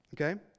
okay